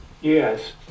Yes